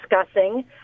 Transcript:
discussing